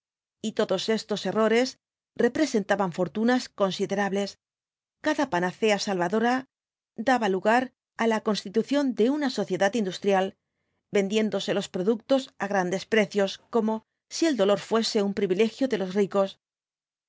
y todos estos errores representaban fortunas considerables cada panacea salvadora daba lugar á la constitución de una sociedad industrial vendiéndose los productos á grandes precios como si el dolor fuese un privilegio de los ricos